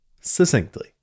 succinctly